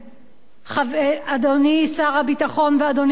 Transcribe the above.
אדוני שר הביטחון ואדוני ראש הממשלה,